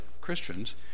Christians